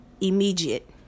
Immediate